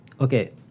Okay